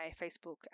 Facebook